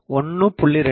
2 1